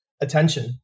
attention